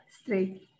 straight